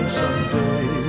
someday